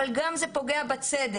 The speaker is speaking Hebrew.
אבל גם זה פוגע בצדק.